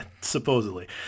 Supposedly